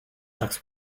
sex